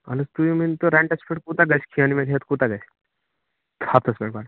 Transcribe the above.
اَہَن حظ تُہۍ ؤنِو ریٚنٹَس پٮ۪ٹھ کوٗتاہ گَژھِ کھٮ۪ن وٮ۪ن ہٮ۪تھ کوٗتاہ گَژھِ ہفتَس پٮ۪ٹھ